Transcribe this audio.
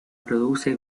produce